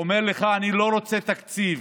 אומר לך, אני לא רוצה תקציב,